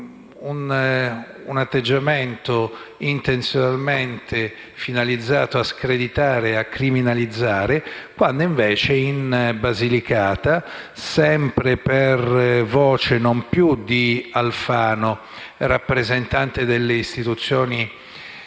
un atteggiamento intenzionalmente finalizzato a screditare e criminalizzare. Invece in Basilicata, sempre per voce non più di Alfano, rappresentante delle istituzioni